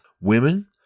women